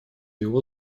его